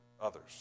others